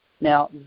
Now